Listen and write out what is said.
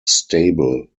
stable